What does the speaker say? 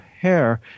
hair